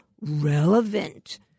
relevant